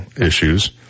issues